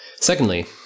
Secondly